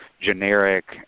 generic